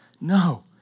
No